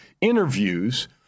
interviews